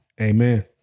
Amen